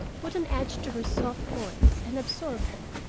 put an edge to her soft voice, and absorbed her.